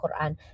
Quran